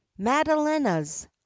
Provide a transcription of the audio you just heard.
Madalenas